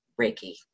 Reiki